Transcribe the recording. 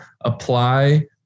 apply